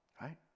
right